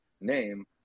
name